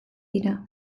dira